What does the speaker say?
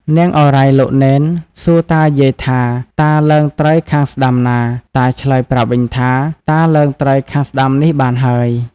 នាងឱរ៉ៃលោកនេន សួរតាយាយថា " តាឡើងត្រើយខាងស្តាំណា?" ។ តាឆ្លើយ ប្រាប់វិញថា " តាឡើងត្រើយខាងស្តាំនេះបានហើយ" ។